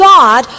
God